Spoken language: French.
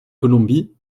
colombie